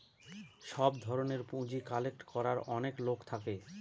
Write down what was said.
সব ধরনের পুঁজি কালেক্ট করার অনেক লোক থাকে